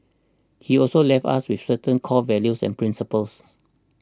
he also left us with certain core values and principles